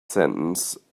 sentence